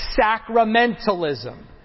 sacramentalism